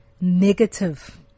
negative